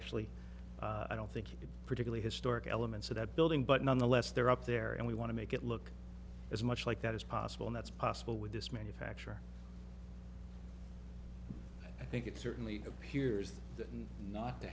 actually i don't think you could particularly historic elements of that building but nonetheless they're up there and we want to make it look as much like that as possible and that's possible with this manufacture i think it certainly appears not to